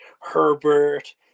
Herbert